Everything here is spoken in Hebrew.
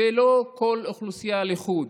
ולא כל אוכלוסייה לחוד.